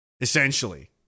essentially